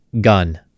Gun